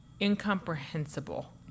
incomprehensible